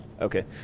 Okay